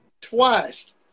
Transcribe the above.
Twice